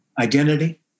identity